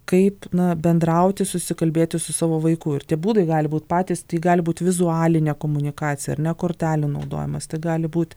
kaip na bendrauti susikalbėti su savo vaiku ir tie būdai gali būt patys tai gali būt vizualinė komunikacija ar ne kortelių naudojimas tai gali būt